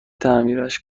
تعمیرش